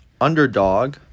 underdog